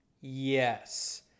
Yes